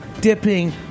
dipping